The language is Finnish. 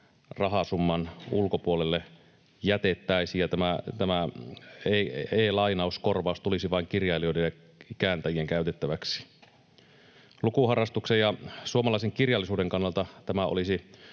rahasumman ulkopuolelle jätettäisiin ja e-lainauskorvaus tulisi vain kirjailijoiden ja kääntäjien käytettäväksi. Lukuharrastuksen ja suomalaisen kirjallisuuden kannalta tämä olisi